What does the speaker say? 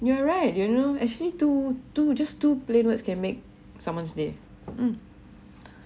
you are right you know actually two two just two plain words can make someone's day